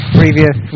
previous